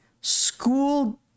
School